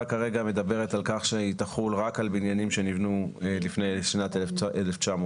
כרגע מדברת על כך שהיא תחול רק על בניינים שנבנו לפני שנת 1980,